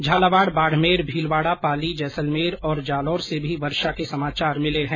झालावाड बाड़मेर भीलवाड़ा पाली जैसलमेर और जालौर से भी वर्षा के समाचार मिले हैं